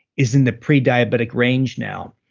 is in the pre-diabetic range now.